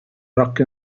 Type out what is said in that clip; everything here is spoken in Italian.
rock